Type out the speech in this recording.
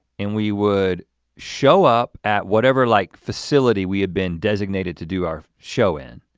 and we would show up at whatever like facility we had been designated to do our show in,